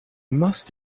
must